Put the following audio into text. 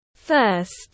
First